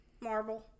Marble